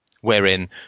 wherein